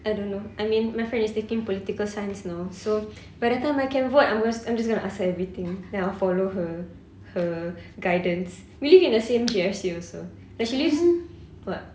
I don't know I mean my friend is taking political science now so by the time I can vote I'm just I'm just gonna ask everything then I'll follow her her guidance we live in the same G_R_C also like she lives what